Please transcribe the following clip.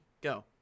go